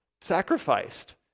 Sacrificed